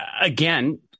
again